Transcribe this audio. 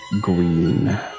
green